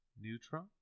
neutron